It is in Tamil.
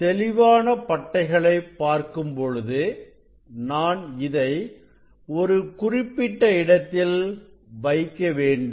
தெளிவான பட்டைகளை பார்க்கும் பொழுது நான் இதை ஒரு குறிப்பிட்ட இடத்தில் வைக்க வேண்டும்